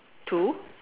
to